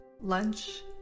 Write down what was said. lunch